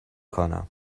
کنم